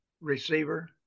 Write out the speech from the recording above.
receiver